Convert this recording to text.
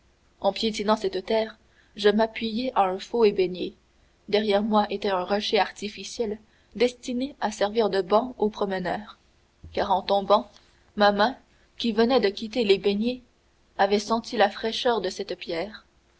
en piétinant cette terre je m'appuyais à un faux ébénier derrière moi était un rocher artificiel destiné à servir de banc aux promeneurs car en tombant ma main qui venait de quitter l'ébénier avait senti la fraîcheur de cette pierre